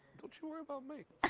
don't you worry about me.